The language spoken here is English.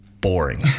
boring